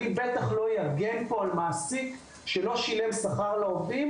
אני בטח לא אגן פה על מעסיק שלא שילם שכר לעובדים